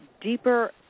deeper